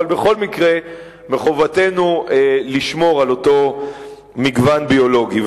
אבל בכל מקרה מחובתנו לשמור על אותו מגוון ביולוגי.